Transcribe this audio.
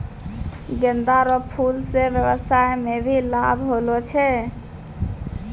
गेंदा रो फूल से व्यबसाय मे भी लाब होलो छै